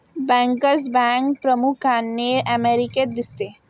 bankers bank प्रामुख्याने अमेरिकेत दिसते